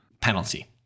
penalty